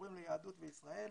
למורים ליהדות בישראל,